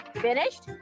Finished